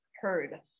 heard